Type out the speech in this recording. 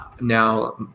now